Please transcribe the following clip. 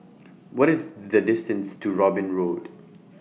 What IS The distance to Robin Road